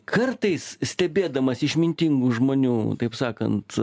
kartais stebėdamas išmintingų žmonių taip sakant